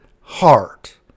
heart